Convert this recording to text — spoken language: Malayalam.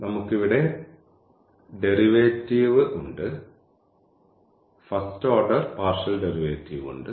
നമുക്ക് ഇവിടെ ഡെറിവേറ്റീവ് ഉണ്ട് ഫസ്റ്റ് ഓർഡർ പാർഷ്യൽ ഡെറിവേറ്റീവ് ഉണ്ട്